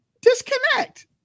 Disconnect